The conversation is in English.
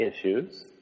issues